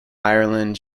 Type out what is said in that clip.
ireland